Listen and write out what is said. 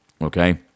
Okay